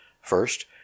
first